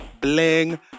bling